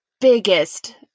biggest